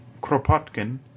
Kropotkin